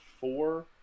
four